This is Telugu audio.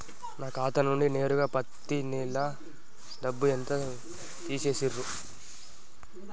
నా ఖాతా నుండి నేరుగా పత్తి నెల డబ్బు ఎంత తీసేశిర్రు?